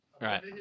Right